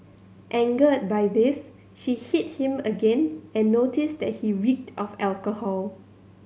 angered by this she hit him again and noticed that he reeked of alcohol